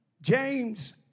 James